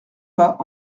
pas